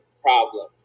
problem